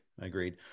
Agreed